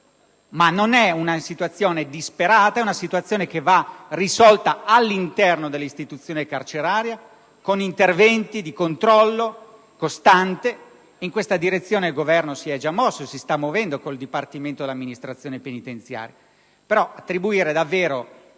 La nostra è una situazione grave, ma non disperata, che va risolta all'interno dell'istituzione carceraria con interventi di controllo costante ed in questa direzione il Governo si è già mosso con il Dipartimento dell'amministrazione penitenziaria;